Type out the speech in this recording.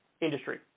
industry